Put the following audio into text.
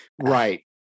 right